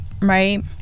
right